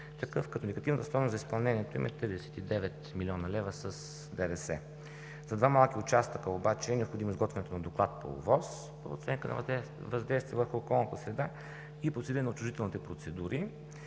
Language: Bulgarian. – като индикативната стойност за изпълнението е 39 млн. лв. с ДДС. За два малки участъка обаче е необходимо изготвянето на доклад по ОВОС – оценка за въдействие върху околната среда, и подсилване на отчуждителните процедури,